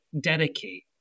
dedicate